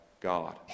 God